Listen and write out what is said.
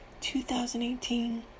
2018